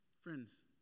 Friends